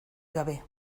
gabe